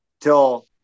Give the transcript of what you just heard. till